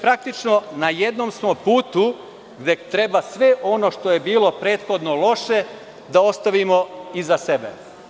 Praktično, na jednom smo putu gde treba sve ono što je bilo prethodno loše, da ostavimo iza sebe.